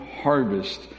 harvest